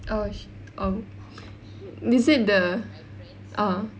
oh shi~ oh is it the ah